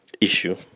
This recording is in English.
issue